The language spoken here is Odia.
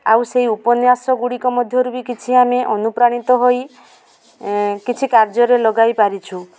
ଆଉ ସେଇ ଉପନ୍ୟାସଗୁଡ଼ିକ ମଧ୍ୟରୁ ବି କିଛି ଆମେ ଅନୁପ୍ରାଣିତ ହୋଇ କିଛି କାର୍ଯ୍ୟରେ ଲଗାଇ ପାରିଛୁ